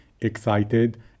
excited